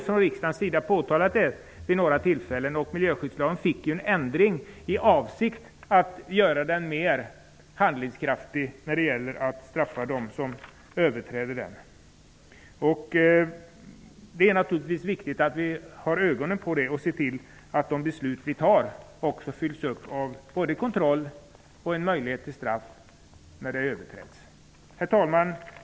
Från riksdagens sida har vi påtalat det vid några tillfällen. Det gjordes en ändring av miljöskyddslagen i avsikt att göra hanteringen mera handlingskraftig när det gäller att straffa dem som överträder lagen. Det är naturligtvis viktigt att vi har ögonen på detta och ser till att de beslut vi fattar också följs upp av kontroll och en möjlighet till straff när bestämmelserna överträds. Herr talman!